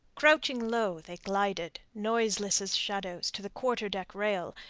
crouching low, they glided, noiseless as shadows, to the quarter-deck rail,